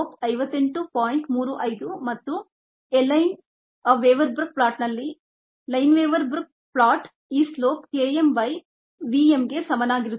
35 ಮತ್ತು Lineweaver ಬರ್ಕ್ಪ್ಲಾಟ್ನಲ್ಲಿ ಈ slope Km by v m ಗೆ ಸಮನಾಗಿರುತ್ತದೆ